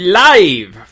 live